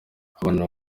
abana